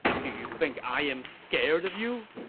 do you think i'm scared of you!